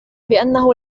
بأنه